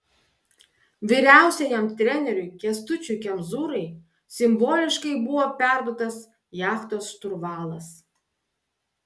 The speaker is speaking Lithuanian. vyriausiajam treneriui kęstučiui kemzūrai simboliškai buvo perduotas jachtos šturvalas